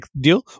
deal